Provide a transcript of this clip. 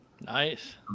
Nice